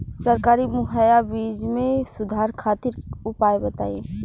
सरकारी मुहैया बीज में सुधार खातिर उपाय बताई?